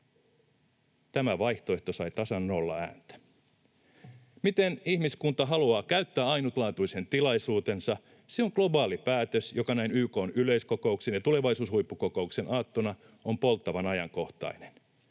Tämä vaihtoehto sai tasan nolla ääntä. Se, miten ihmiskunta haluaa käyttää ainutlaatuisen tilaisuutensa, on globaali päätös, joka näin YK:n yleiskokouksen ja tulevaisuushuippukokouksen aattona on polttavan ajankohtainen,